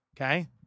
okay